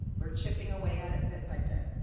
we're chipping away at it bit by bit.